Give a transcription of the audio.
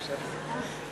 מקשיב.